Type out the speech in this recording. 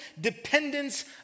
dependence